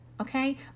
okay